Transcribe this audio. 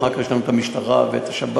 ואחר כך יש לנו את המשטרה ואת השב"ס,